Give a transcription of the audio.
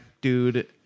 dude